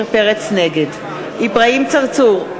נגד אברהים צרצור,